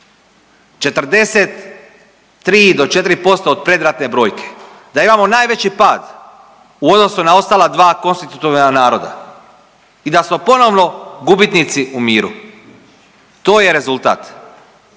43 do 4% od predratne brojke, da imamo najveći pad u odnosu na ostala dva konstitutivna naroda i da smo ponovno gubitnici u miru, to je rezultat,